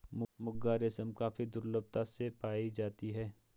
मुगा रेशम काफी दुर्लभता से पाई जाती है